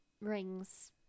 rings